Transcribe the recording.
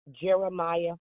Jeremiah